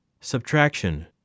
Subtraction